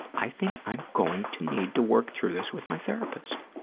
i think i'm going to need to work through this with my therapist.